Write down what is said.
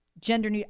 Gender